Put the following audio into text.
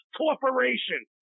corporation